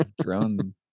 drone